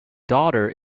daughter